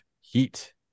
heat